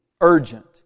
urgent